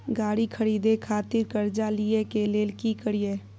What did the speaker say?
गाड़ी खरीदे खातिर कर्जा लिए के लेल की करिए?